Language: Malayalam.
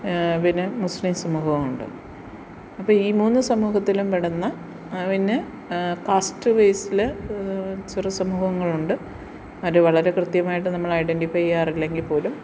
പിന്നെ മുസ്ലീം സമൂഹവുമുണ്ട് അപ്പോള് ഈ മൂന്ന് സമൂഹത്തിലും പെടുന്ന പിന്നെ കാസ്റ്റ് ബേസില് ചെറു സമൂഹങ്ങളുണ്ട് അവരെ വളരെ കൃത്യമായിട്ട് നമ്മള് ഐഡൻ്റിഫൈ ചെയ്യാറില്ലെങ്കില്പ്പോലും